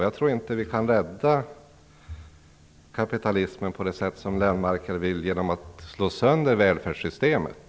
Jag tror inte vi kan rädda kapitalismen på det sätt som Göran Lennmarker vill genom att slå sönder välfärdssystemet.